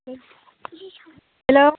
hello